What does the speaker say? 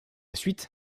suite